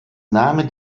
nahmen